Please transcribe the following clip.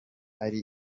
ari